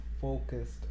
focused